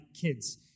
kids